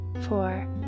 four